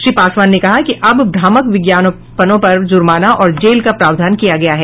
श्री पासवान ने कहा कि अब भ्रामक विज्ञापनों पर जूर्माना और जेल का प्रावधान किया गया है